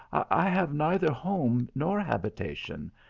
i have neither home nor habitation.